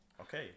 Okay